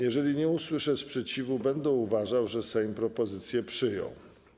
Jeżeli nie usłyszę sprzeciwu, będę uważał, że Sejm propozycje przyjął.